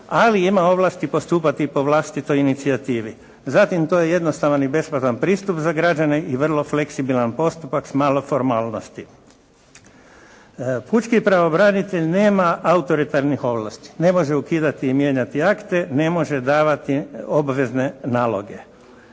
ali ima ovlasti postupati po vlastitoj inicijativi. Zatim to je jednostavan i besplatan pristup za građane i vrlo fleksibilan postupak s malo formalnosti. Pučki pravobranitelj nema autoritarnih ovlasti, ne može ukidati i mijenjati akte, ne može davati obvezne naloge.